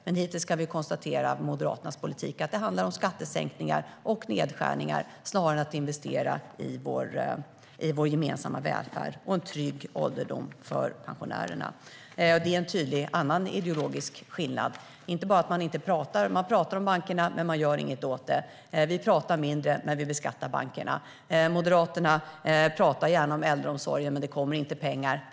Men hittills kan vi konstatera att Moderaternas politik handlar om skattesänkningar och nedskärningar snarare än om att investera i vår gemensamma välfärd och i en trygg ålderdom för pensionärerna. Det är en annan tydlig ideologisk skillnad. Skillnaden är inte bara att Moderaterna pratar om bankerna men inte gör något åt dem, medan vi pratar mindre men beskattar bankerna. Moderaterna pratar gärna om äldreomsorgen, men det kommer inga pengar.